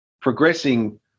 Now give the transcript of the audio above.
progressing